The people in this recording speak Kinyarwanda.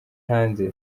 hanze